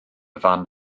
fan